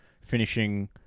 finishing